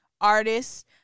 artists